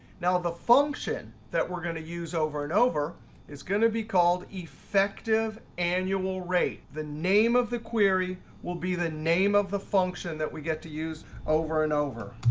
now the function that we're going to use over and over is going to be called effective annual rate. the name of the query will be the name of the function that we get to use over and over.